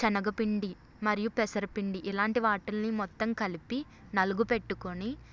శనగపిండి మరియు పెసర పిండి ఇలాంటి వాటిల్ని మొత్తం కలిపి నలుగు పెట్టుకొని